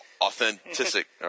authentic